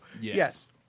yes